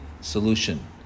solution